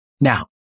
Now